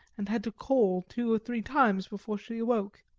and had to call two or three times before she awoke.